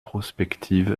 prospective